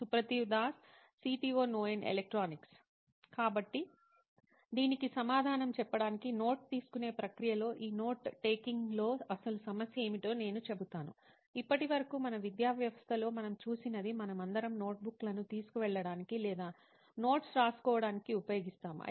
సుప్రతీవ్ Das CTO నోయిన్ electronics కాబట్టి దీనికి సమాధానం చెప్పడానికి నోట్ తీసుకునే ప్రక్రియలో ఈ నోట్ టేకింగ్లో అసలు సమస్య ఏమిటో నేను చెబుతాను ఇప్పటి వరకు మన విద్యా వ్యవస్థలో మనం చూసినది మనమందరం నోట్బుక్లను తీసుకువెళ్లడానికి లేదా నోట్స్ రాసుకోవడానికి ఉపయోగిస్తున్నాము